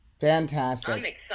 fantastic